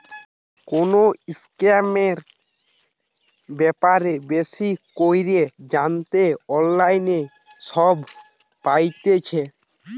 কোনো স্কিমের ব্যাপারে বেশি কইরে জানতে অনলাইনে সব পাইতেছে